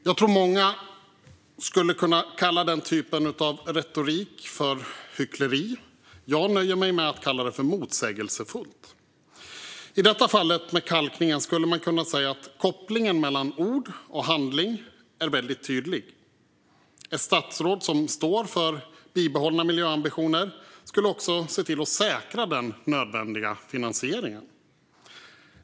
Jag tror att många skulle kunna kalla denna typ av retorik för hyckleri. Jag nöjer mig med att kalla den motsägelsefull. I detta fall med kalkningen skulle man kunna säga att kopplingen mellan ord och handling är väldigt tydlig. Ett statsråd som står för bibehållna miljöambitioner skulle också se till att säkra den nödvändiga finansieringen.